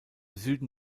süden